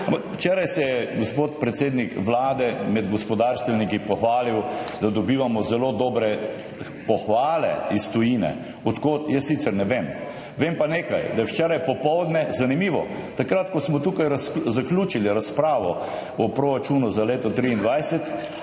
včeraj se je gospod predsednik Vlade med gospodarstveniki pohvalil, da dobivamo zelo dobre pohvale iz tujine. Od kod, jaz sicer ne ve. Vem pa nekaj, da je včeraj popoldne, zanimivo, takrat, ko smo tukaj zaključili razpravo o proračunu za leto 2023,